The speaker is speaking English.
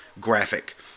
graphic